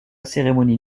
cérémonie